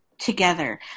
together